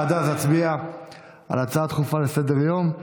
עד אז נצביע על ההצעה הדחופה לסדר-היום,